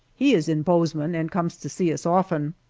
he is in bozeman and comes to see us often.